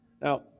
Now